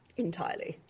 entirely.